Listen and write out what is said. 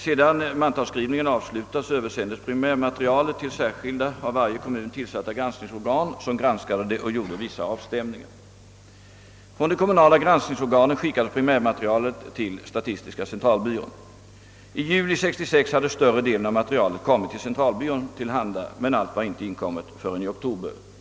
Sedan <mantalsskrivningen «avslutats översändes primärmaterialet till särskilda av varje kommun tillsatta granskningsorgan, som granskade det och gjorde vissa avstämningar. Från de kommunala granskningsorganen skickades primärmaterialet till statistiska centralbyrån. I juli 1966 hade större delen av materialet kommit centralbyrån till handa, men allt var inte inkommet förrän i oktober.